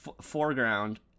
foreground